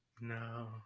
No